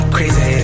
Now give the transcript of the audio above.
Crazy